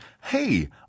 hey